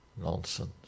nonsense